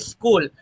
School